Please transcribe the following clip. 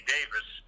Davis